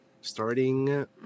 starting